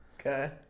okay